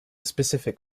specific